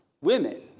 Women